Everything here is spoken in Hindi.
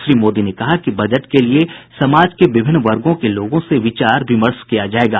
श्री मोदी ने कहा कि बजट के लिए समाज के विभिन्न वर्गों के लोगों से विचार विमर्श किया जायेगा